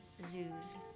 Zoos